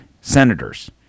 senators